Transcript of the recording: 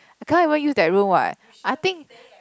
I can't even use that room what I think